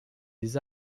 des